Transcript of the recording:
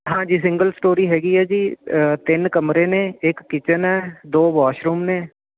ਹਾਂਜੀ single storey ਹੈਗੀ ਆ ਜੀ ਤਿੰਨ ਕਮਰੇ ਨੇ ਇਕ ਕਿਚਨ ਆ ਦੋ ਵਾਸ਼ਰੂਮ ਨੇ